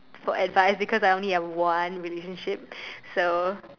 for advice because I only have one relationship so